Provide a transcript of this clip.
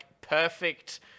perfect